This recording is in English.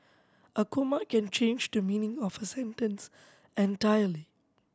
a comma can change the meaning of a sentence entirely